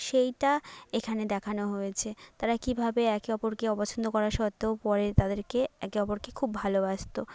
সেইটা এখানে দেখানো হয়েছে তারা কীভাবে একে অপরকে অপছন্দ করা সত্ত্বেও পরে তাদেরকে একে অপরকে খুব ভালোবাসতো